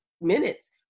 minutes